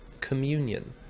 communion